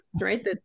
right